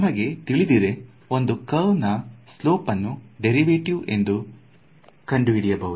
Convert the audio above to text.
ನಮಗೆ ತಿಳಿದಿದೆ ಒಂದು ಕರ್ವ್ ನಾ ಸ್ಲೋಪ್ ಅನ್ನು ಡೇರಿವೆಟಿವ್ ಇಂದ ಕಂಡು ಹಿಡಿಯಬಹುದು ಎಂದು